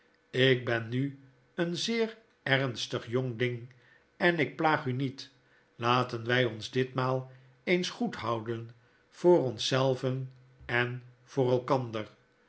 ik ben nu een zeer ernstig jong ding en ik plaag u niet laten wjj ons ditmaal eens goed houden voor ons zelven en voor elkander